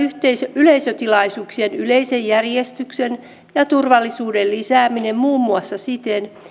yleisötilaisuuksien yleisen järjestyksen ja turvallisuuden lisääminen muun muassa siten